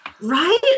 right